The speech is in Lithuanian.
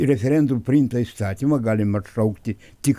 referendumu priimtą įstatymą galim atšaukti tik